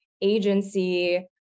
agency